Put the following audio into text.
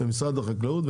ומשרד החקלאות,